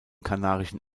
kanarischen